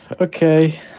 okay